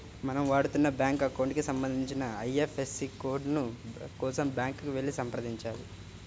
మనం వాడుతున్న bank account కి సంబంధించిన ఐ.ఎఫ్.ఎస్.సి కోడ్ కోసం బ్యాంకుకి వెళ్లి సంప్రదించాలి